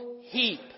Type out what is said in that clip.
heap